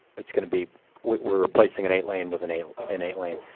it's going to be we're replacing an eight lane with an eight an eight lane?